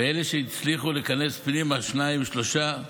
ואלה שהצליחו להיכנס פנימה, שניים-שלושה,